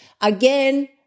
Again